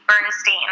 Bernstein